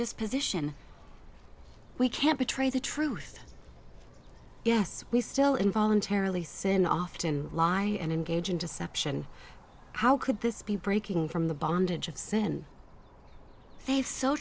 disposition we can't betray the truth yes we still in voluntarily sin often lie and engage in deception how could this be breaking from the bondage of sin